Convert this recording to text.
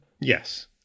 Yes